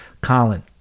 Colin